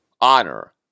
honor